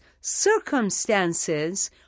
circumstances